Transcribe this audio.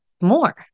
more